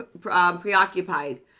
preoccupied